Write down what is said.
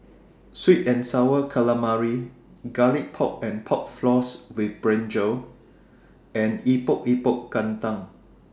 Sweet and Sour Calamari Garlic Pork and Pork Floss with Brinjal and Epok Epok Kentang